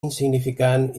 insignificant